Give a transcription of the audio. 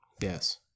Yes